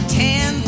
ten